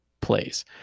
plays